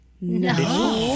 No